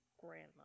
grandma